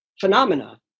phenomena